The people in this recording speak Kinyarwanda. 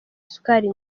isukari